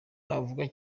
navuga